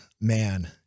man